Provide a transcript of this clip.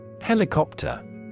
Helicopter